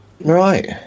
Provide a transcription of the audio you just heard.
right